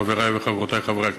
חברי וחברותי חברי הכנסת,